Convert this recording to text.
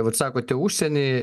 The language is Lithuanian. vat sakote užsieny